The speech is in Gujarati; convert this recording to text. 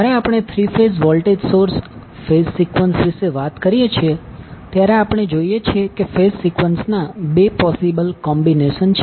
જ્યારે આપણે three phase voltage source phase sequence વિશે વાત કરીએ છીએ ત્યારે આપણે જોઈએ છીએ કે ફેઝ સિકવન્સના બે પોસીબલ કોમ્બિનેશન છે